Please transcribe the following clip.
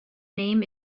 name